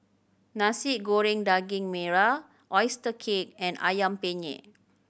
Nasi Goreng Daging Merah oyster cake and Ayam Penyet